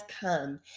come